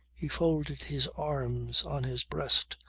he folded his arms on his breast,